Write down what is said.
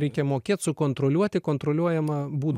reikia mokėt sukontroliuoti kontroliuojamą būdą